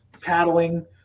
paddling